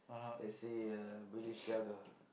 lets say uh Balenciaga